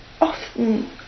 Often